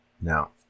Now